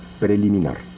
preliminar